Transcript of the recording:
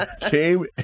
came